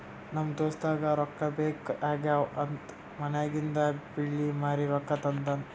ನಮ್ ದೋಸ್ತಗ ರೊಕ್ಕಾ ಬೇಕ್ ಆಗ್ಯಾವ್ ಅಂತ್ ಮನ್ಯಾಗಿಂದ್ ಬೆಳ್ಳಿ ಮಾರಿ ರೊಕ್ಕಾ ತಂದಾನ್